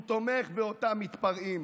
הוא תומך באותם מתפרעים.